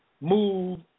move